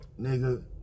nigga